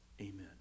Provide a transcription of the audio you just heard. Amen